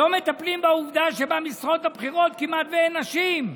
לא מטפלים בעובדה שבמשרות הבכירות כמעט אין נשים.